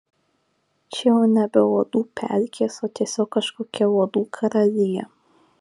čia jau nebe uodų pelkės o tiesiog kažkokia uodų karalija